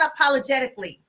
unapologetically